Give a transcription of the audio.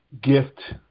gift